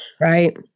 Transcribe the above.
right